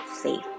safe